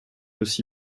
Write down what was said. aussi